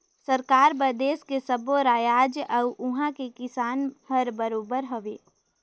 सरकार बर देस के सब्बो रायाज अउ उहां के किसान हर बरोबर हवे